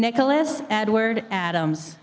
nicholas edward adam